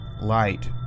light